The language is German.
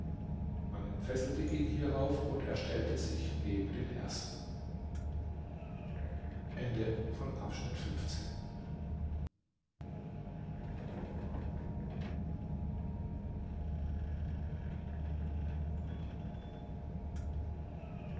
man entfesselte ihn hierauf und er stellte sich neben den ersten